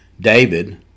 David